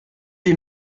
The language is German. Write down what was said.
ihn